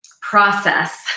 process